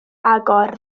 agor